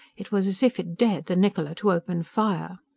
it was as if it dared the niccola to open fire.